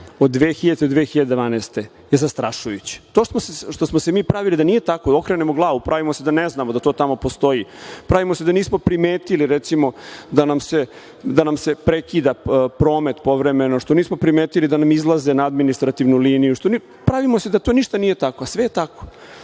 od 2000. do 2012. je zastrašujući. To što smo se mi pravili da nije tako, okrenemo glavu, pravimo se da ne znamo da to tamo postoji, pravimo se da nismo primetili, recimo, da nam se prekida promet povremeno, što nismo primetili da nam izlaze na administrativnu liniju, pravimo se da to ništa nije tako, sve je tako. Mi